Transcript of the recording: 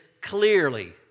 clearly